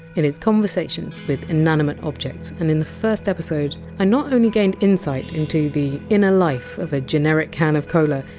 it is conversations with inanimate objects, and in the first episode i not only gained insight into the inner life of a generic can of cola,